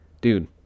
dude